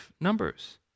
Numbers